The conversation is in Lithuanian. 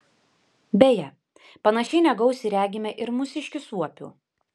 beje panašiai negausiai regime ir mūsiškių suopių